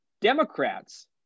Democrats